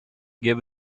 give